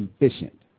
efficient